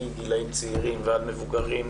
מגילאים צעירים ועד מבוגרים,